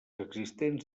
existents